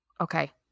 Okay